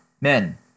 men